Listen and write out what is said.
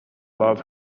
love